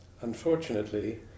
unfortunately